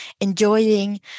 enjoying